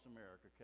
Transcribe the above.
America